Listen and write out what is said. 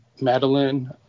Madeline